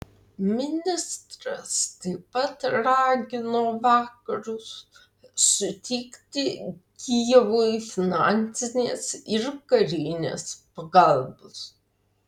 ministras taip pat ragino vakarus suteikti kijevui finansinės ir karinės pagalbos